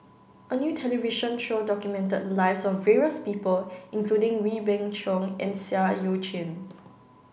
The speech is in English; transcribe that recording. a new television show documented the lives of various people including Wee Beng Chong and Seah Eu Chin